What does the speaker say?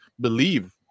believe